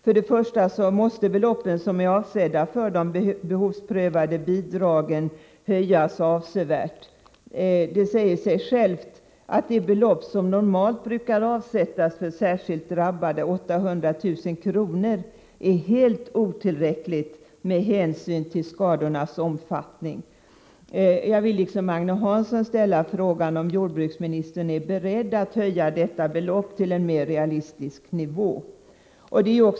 Först och främst måste det belopp som är avsett för behovsprövade bidrag höjas avsevärt. Det säger » sig självt att det belopp som normalt brukar avsättas för särskilt drabbade, 800 000 kr., är helt otillräckligt med tanke på skadornas omfattning. Jag vill, liksom Agne Hansson, fråga om jordbruksministern är beredd att höja beloppet till en mer realistisk nivå.